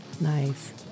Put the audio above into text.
nice